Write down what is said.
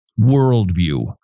worldview